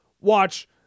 watch